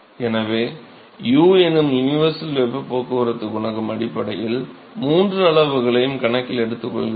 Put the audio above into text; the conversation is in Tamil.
எனவே இந்த U எனும் யுனிவர்சல் வெப்பப் போக்குவரத்து குணகம் அடிப்படையில் மூன்று அளவுகளையும் கணக்கில் எடுத்துக் கொள்கிறது